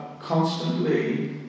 constantly